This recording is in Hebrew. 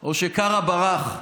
או שקארה ברח?